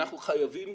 אנחנו חייבים